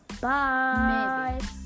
Bye